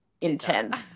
intense